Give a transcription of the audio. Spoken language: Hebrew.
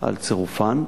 על צירופן.